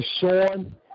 Sean